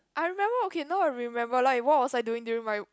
I remember okay now I remember like what I was doing during my